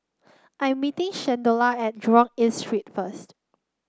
I'm meeting Shalonda at Jurong East Street first